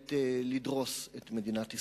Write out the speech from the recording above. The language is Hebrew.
שמאיימת לדרוס את מדינת ישראל.